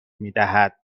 میدهد